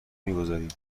میگذاریم